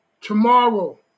Tomorrow